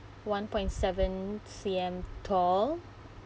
one point seven C_M tall